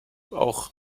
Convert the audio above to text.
auch